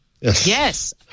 yes